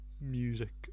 Music